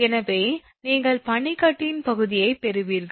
எனவே நீங்கள் பனிக்கட்டியின் பகுதியைப் பெறுவீர்கள்